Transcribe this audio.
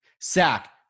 Sack